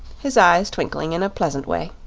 his eyes twinkling in a pleasant way.